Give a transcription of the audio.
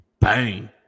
Bang